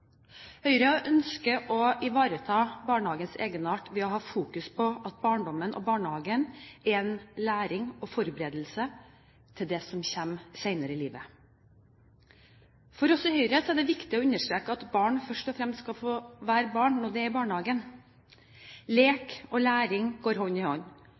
Høyre ønsker å ivareta barnehagens egenart ved å ha fokus på at barndommen og barnehagene er en læring og forberedelse til det som kommer senere i livet. For oss i Høyre er det viktig å understreke at barn først og fremst skal få være barn når de er i barnehagen – lek og læring går hånd i hånd.